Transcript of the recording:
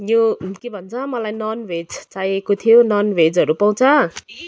यो के भन्छ मलाई ननभेज चाहिएको थियो ननभेजहरू पाउँछ